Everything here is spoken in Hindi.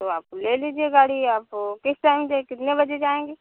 तो आप ले लीजिए गाड़ी आप किस टाइम पर कितने बजे जाएंगी